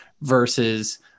versus